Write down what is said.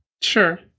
Sure